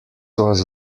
was